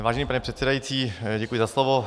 Vážený pane předsedající, děkuji za slovo.